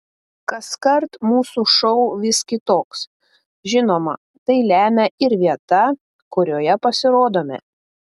kaskart mūsų šou vis kitoks žinoma tai lemia ir vieta kurioje pasirodome